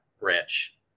rich